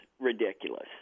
ridiculous